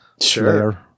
Sure